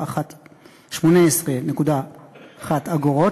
ב-18.1 אגורות,